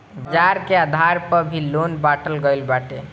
बाजार के आधार पअ भी लोन के बाटल गईल बाटे